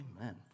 Amen